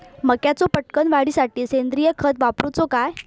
मक्याचो पटकन वाढीसाठी सेंद्रिय खत वापरूचो काय?